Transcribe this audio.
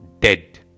dead